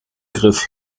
griff